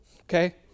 Okay